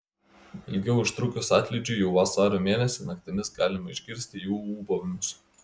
ilgiau užtrukus atlydžiui jau vasario mėnesį naktimis galima išgirsti jų ūbavimus